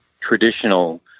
traditional